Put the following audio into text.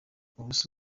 ubuse